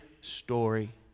story